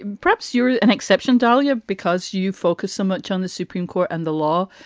perhaps you're an exception, dalia, because you focus so much on the supreme court and the law.